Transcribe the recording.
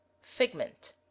figment